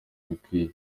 bikwiye